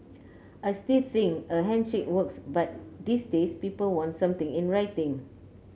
I still think a handshake works but these days people want something in writing